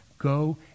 go